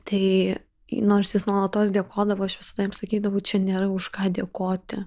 tai nors jis nuolatos dėkodavo aš visada jam sakydavau čia nėra už ką dėkoti